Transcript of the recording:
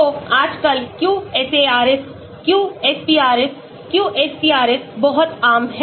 तो आजकल QSARs QSPRs QSTRs बहुत आम हैं